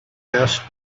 asked